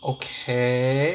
okay